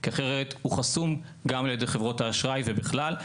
כי אחרת הוא חסום גם על ידי חברות האשראי ובכלל.